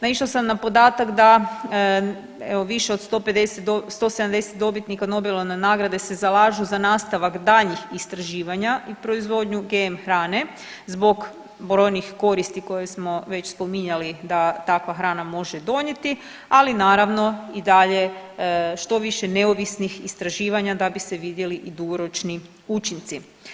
Naišla sam na podatak da evo, više od 150 do 170 dobitnika Nobelove nagrade se zalažu za nastavak daljnjih istraživanja i proizvodnju GM hrane zbog brojnih koristi koje smo već spominjali da takva hrana može donijeti, ali naravno i dalje što više neovisnih istraživanja da bi se vidjeli i dugoročni učinci.